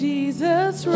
Jesus